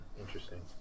Interesting